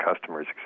customers